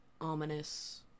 ominous